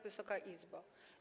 Wysoka Izbo!